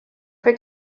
for